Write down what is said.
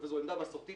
זו עמדה מסורתית,